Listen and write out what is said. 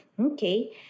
Okay